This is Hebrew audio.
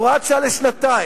הוראת שעה לשנתיים,